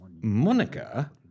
Monica